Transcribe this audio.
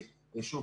שוב,